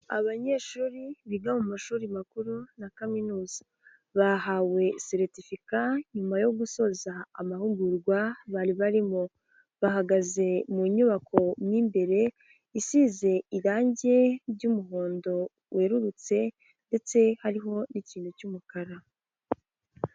Abanyeshuri biga mu mashuri makuru na kaminuza, bahawe seritifika, nyuma yo gusoza amahugurwa, bari barimo bahagaze mu nyubako mo imbere, isize irangi ry'umuhondo werurutse ndetse hariho n'ikintu cy'umukara.